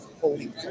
Holy